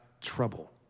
trouble